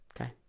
Okay